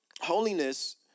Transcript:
holiness